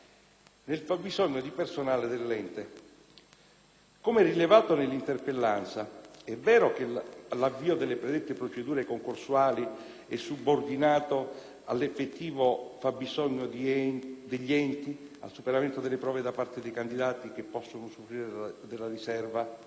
nel fabbisogno di personale dell'ente. Come rilevato nell'interpellanza, è vero che l'avvio delle predette procedure concorsuali è subordinato all'effettivo fabbisogno degli enti, al superamento delle prove da parte dei candidati che possono usufruire della riserva,